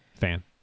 fan